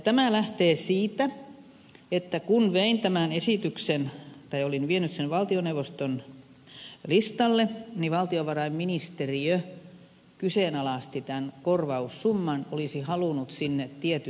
tämä lähtee siitä että kun olin vienyt tämän esityksen valtioneuvoston listalle niin valtiovarainministeriö kyseenalaisti tämän korvaussumman olisi halunnut sinne tietyn ylärajan